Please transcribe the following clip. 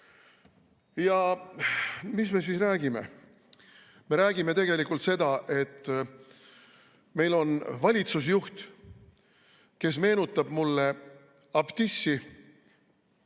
ole. Mis me siis räägime? Me räägime tegelikult sellest, et meil on valitsusjuht, kes meenutab mulle abtissi